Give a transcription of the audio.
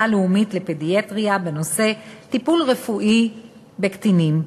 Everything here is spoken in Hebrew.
הלאומית לפדיאטריה בנושא טיפול רפואי בקטינים,